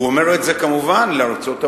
הוא אומר את זה כמובן לארצות-הברית.